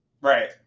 Right